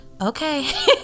okay